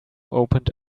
opened